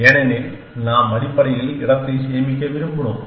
ஏனெனில் நாம் அடிப்படையில் இடத்தை சேமிக்க விரும்பினோம்